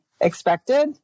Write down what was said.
expected